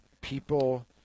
People